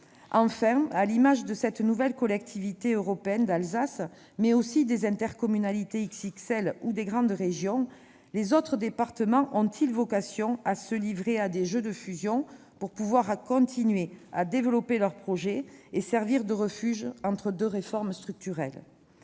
Enfin, à l'image de cette nouvelle Collectivité européenne d'Alsace, mais aussi des intercommunalités « XXL » ou des grandes régions, les autres départements ont-ils vocation à se livrer à des jeux de fusion pour pouvoir continuer à développer leurs projets et servir de refuge entre deux réformes structurelles ?